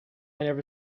never